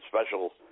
special